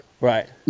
Right